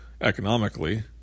economically